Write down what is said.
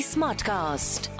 Smartcast